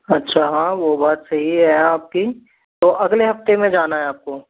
अच्छा हाँ वो बात सही है आपकी तो अगले हफ्ते में जाना है आपको